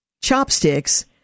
chopsticks